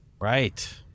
Right